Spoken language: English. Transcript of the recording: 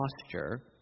posture